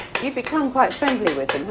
you've become quite friendly with